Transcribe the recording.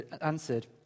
answered